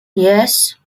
yes